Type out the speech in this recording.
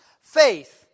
faith